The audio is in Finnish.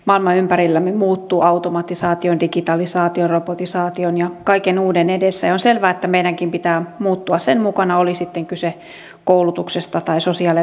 maailma ympärillämme muuttuu automatisaation digitalisaation robotisaation ja kaiken uuden edessä ja on selvää että meidänkin pitää muuttua sen mukana oli sitten kyse koulutuksesta tai sosiaali ja terveyspalveluista